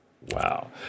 wow